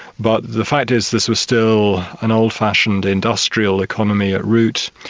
but the fact is this was still an old-fashioned industrial economy at root,